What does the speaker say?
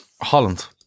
Holland